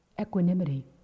equanimity